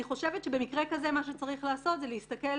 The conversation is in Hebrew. אני חושבת שמה שצריך לעשות במקרה כזה הוא להסתכל